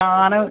ആണ്